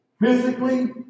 physically